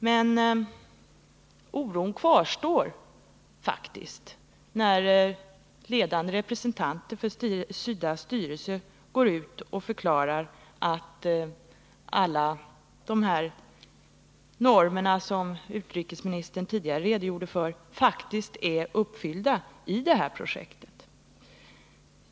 Men oron kvarstår faktiskt, när ledande representanter för SIDA:s styrelse går ut och förklarar att alla dessa normer, som utrikesministern tidigare redogjorde för, är uppfyllda i det här projektet.